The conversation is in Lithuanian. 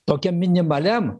tokiam minimaliam